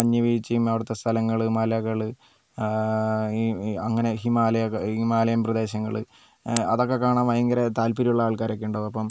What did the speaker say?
മഞ്ഞുവീഴ്ചയും അവിടുത്തെ സ്ഥലങ്ങൾ മലകൾ ഈ അങ്ങനെ ഹിമാലയൊക്കെ ഹിമാലയം പ്രദേശങ്ങൾ അതൊക്കെ കാണാൻ ഭയങ്കര താല്പര്യമുള്ള ആൾക്കാരൊക്കെയുണ്ടാവും അപ്പം